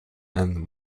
and